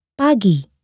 pagi